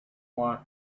want